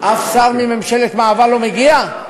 אף שר מממשלת המעבר לא מגיע?